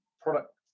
product